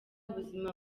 ubuzima